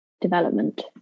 development